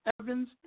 Evans